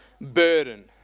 burden